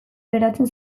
gertatzen